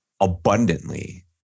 abundantly